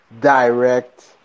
direct